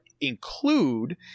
include